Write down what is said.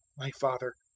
my father,